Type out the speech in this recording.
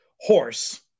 horse